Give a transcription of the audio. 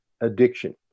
addiction